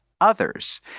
others